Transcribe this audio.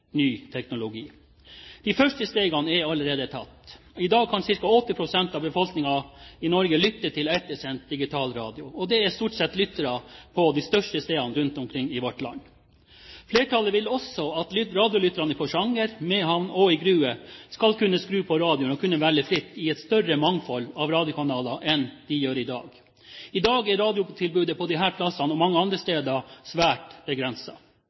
første stegene er allerede tatt. I dag kan ca. 80 pst. av befolkningen i Norge lytte til etersendt digitalradio, og det er stort sett lyttere på de største stedene rundt i vårt land. Flertallet vil også at radiolytterne i Porsanger, i Mehamn og i Grue skal kunne skru på radioen og fritt kunne velge i et større mangfold av radiokanaler enn det de gjør i dag. I dag er radiotilbudet på disse stedene og mange andre steder svært